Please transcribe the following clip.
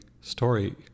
story